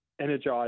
energized